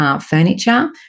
furniture